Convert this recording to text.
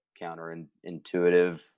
counterintuitive